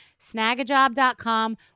Snagajob.com